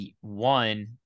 one